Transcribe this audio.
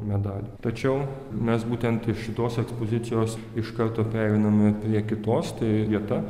medaliai tačiau mes būtent iš šitos ekspozicijos iš karto pereiname prie kitos tai vieta